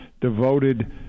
devoted